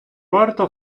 варто